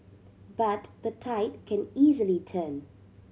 but the tide can easily turn